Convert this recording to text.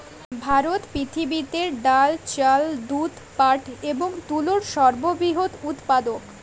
ভারত পৃথিবীতে ডাল, চাল, দুধ, পাট এবং তুলোর সর্ববৃহৎ উৎপাদক